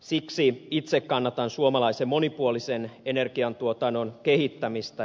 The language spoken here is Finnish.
siksi itse kannatan monipuolisen suomalaisen energiantuotannon kehittämistä